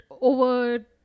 over